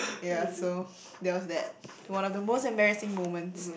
ya so that was that one of the most embarrassing moments